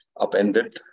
upended